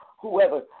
whoever